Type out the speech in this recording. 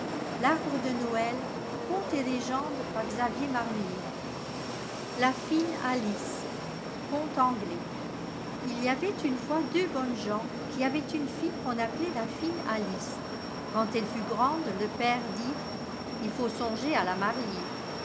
la fine alice conte ans is il y avait une fois deux bonnes gens qui avaient une lille qu'on appelait la une alice quand elle fut grande le père dit c ii faut songer à la marier